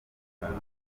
akantu